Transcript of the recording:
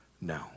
No